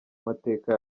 amateka